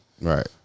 Right